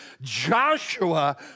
Joshua